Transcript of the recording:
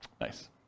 Nice